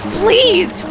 please